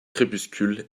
crépuscule